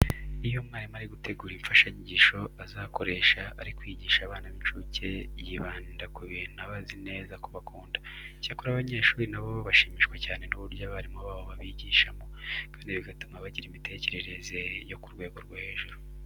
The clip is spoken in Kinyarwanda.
Iyo umwarimu ari gutegura imfashanyigisho azakoresha ari kwigisha abana b'incuke yibanda ku bintu aba azi neza ko bakunda. Icyakora abanyeshuri na bo bashimishwa cyane n'uburyo abarimu babo babigishamo kandi bigatuma bagira imitekerereze yo ku rwego rwo hejuru.